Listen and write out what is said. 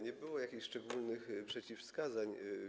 Nie było jakichś szczególnych przeciwwskazań.